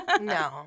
No